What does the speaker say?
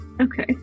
Okay